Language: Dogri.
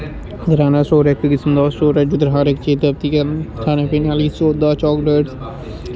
करैना स्टोर इक किस्म दा स्टोर ऐ जिद्धर साह्नूं हर इक चीज सारे पिंड आह्लें सौदा चाकलेटस